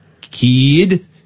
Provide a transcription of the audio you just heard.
Kid